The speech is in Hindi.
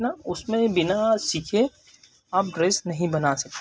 ना उसमें बिना सीखे आप ड्रेस नहीं बना सकते